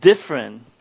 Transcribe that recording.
different